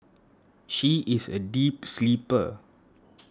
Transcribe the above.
she is a deep sleeper